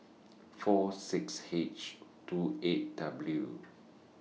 four six H two eight W